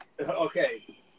Okay